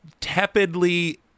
tepidly